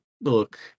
look